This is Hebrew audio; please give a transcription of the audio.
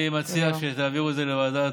אני מציע שתעבירו את זה לוועדת,